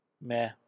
Meh